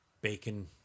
bacon